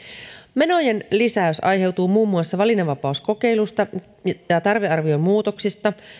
menojen lisäys aiheutuu muun muassa valinnanvapauskokeilusta ja tarvearviomuutoksista